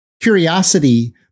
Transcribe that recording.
curiosity